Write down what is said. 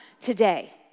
today